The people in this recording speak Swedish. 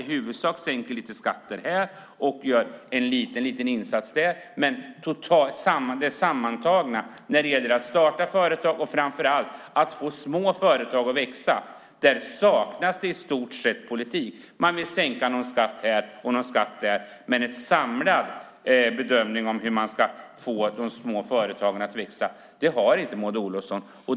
I huvudsak sänker man lite skatter här och gör en liten liten insats där. Men när det gäller att starta företag och, framför allt, att få små företag att växa saknas det i stort sett en politik. Man vill sänka någon skatt här och någon skatt där. Men en samlad bedömning av hur man ska få de små företagen att växa har inte Maud Olofsson.